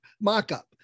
mock-up